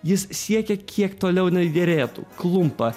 jis siekia kiek toliau nei derėtų klumpa